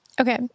okay